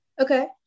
Okay